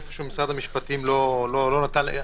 ומשרד המשפטים עצר,